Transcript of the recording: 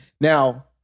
Now